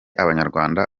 abanyarwanda